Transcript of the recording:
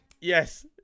Yes